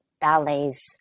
ballets